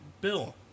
Bill